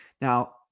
Now